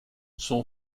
son